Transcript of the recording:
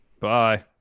Bye